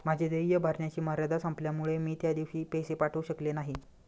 माझे देय भरण्याची मर्यादा संपल्यामुळे मी त्या दिवशी पैसे पाठवू शकले नाही